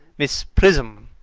miss prism.